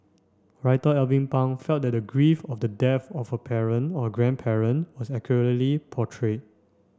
writer Alvin Pang felt that the grief of the death of a parent or a grandparent was accurately portrayed